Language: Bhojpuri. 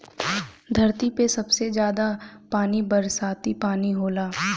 धरती पे सबसे जादा पानी बरसाती पानी होला